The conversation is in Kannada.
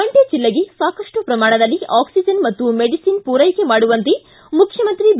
ಮಂಡ್ಕ ಜಲ್ಲೆಗೆ ಸಾಕಷ್ಟು ಶ್ರಮಾಣದಲ್ಲಿ ಆಕ್ಲಿಜನ್ ಹಾಗೂ ಮೆಡಿಸಿನ್ ಪೂರೈಕೆ ಮಾಡುವಂತೆ ಮುಖ್ಯಮಂತ್ರಿ ಬಿ